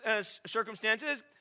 circumstances